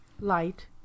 light